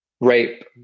rape